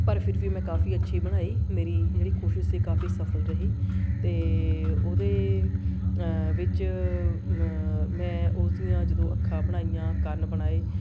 ਪਰ ਫਿਰ ਵੀ ਮੈਂ ਕਾਫੀ ਅੱਛੀ ਬਣਾਈ ਮੇਰੀ ਜਿਹੜੀ ਕੋਸ਼ਿਸ਼ ਸੀ ਕਾਫੀ ਸਫਲ ਰਹੀ ਅਤੇ ਉਹਦੇ ਵਿੱਚ ਮੈਂ ਉਸਦੀਆਂ ਜਦੋਂ ਅੱਖਾਂ ਬਣਾਈਆਂ ਕੰਨ ਬਣਾਏ